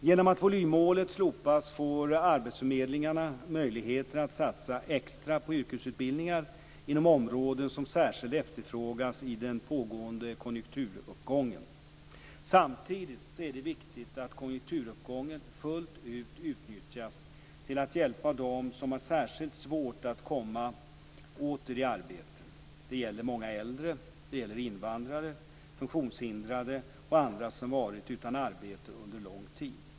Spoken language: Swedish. Genom att volymmålet slopats får arbetsförmedlingarna möjligheter att satsa extra på yrkesutbildningar inom områden som särskilt efterfrågas i den pågående konjunkturuppgången. Samtidigt är det viktigt att konjunkturuppgången fullt ut utnyttjas till att hjälpa dem som har särskilt svårt att komma åter i arbete. Det gäller många äldre, invandrare, funktionshindrade och andra som varit utan arbete under lång tid.